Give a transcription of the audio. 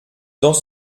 dans